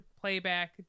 Playback